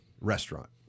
Restaurant